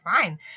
fine